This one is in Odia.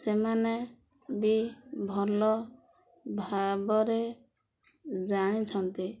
ସେମାନେ ବି ଭଲ ଭାବରେ ଜାଣିଛନ୍ତି